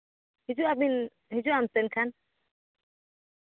ᱦᱤᱡᱩᱜᱼᱟ ᱵᱤᱱ ᱦᱤᱡᱩᱜᱼᱟᱢ ᱥᱮ ᱮᱱᱠᱷᱟᱱ